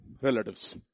Relatives